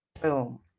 Boom